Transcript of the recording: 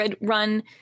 run